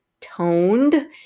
toned